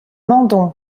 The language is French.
mandon